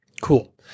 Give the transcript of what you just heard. Cool